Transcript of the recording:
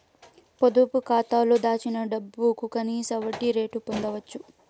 పొదుపు కాతాలో దాచిన డబ్బుకు కనీస వడ్డీ రేటు పొందచ్చు